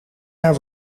naar